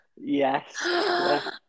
Yes